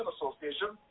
Association